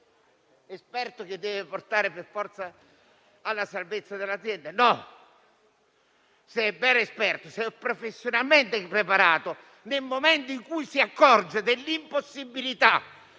un esperto che deve portare per forza alla salvezza dell'azienda? No. Se è un vero esperto e professionalmente preparato, nel momento in cui si accorge dell'impossibilità